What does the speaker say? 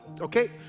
okay